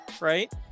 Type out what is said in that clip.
right